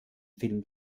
film